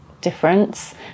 difference